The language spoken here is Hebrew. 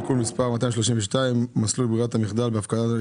(תיקון מס' 232) (מסלול ברירת מחדל בהפקדות